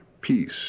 peace